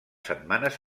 setmanes